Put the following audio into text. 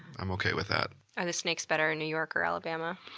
i'm okay with that. are the snakes better in new york or alabama?